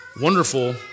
Wonderful